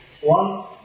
One